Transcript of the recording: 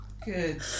Good